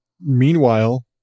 meanwhile